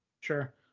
Sure